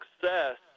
success